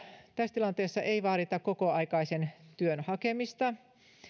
tässä tilanteessa ei vaadita kokoaikaisen työn hakemista